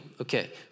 Okay